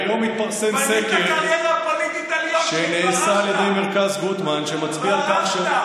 היום התפרסם סקר שנעשה על ידי מרכז גוטמן שמצביע על כך,